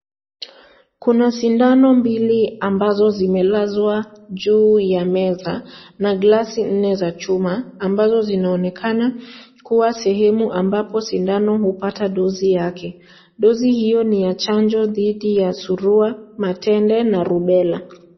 Kuna sindano mbili ambazo zimelazwa juu ya meza, na glasi nne za chuma ambazo zinaonekana kua sehemu ambapo sindano hupata dozi yake. Dozi hiyo ni ya chanjo dhidi ya surua, matende, na lumbera